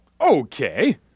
okay